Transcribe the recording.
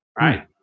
Right